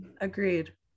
agreed